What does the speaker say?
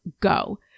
go